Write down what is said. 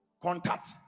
contact